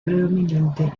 predominante